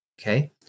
Okay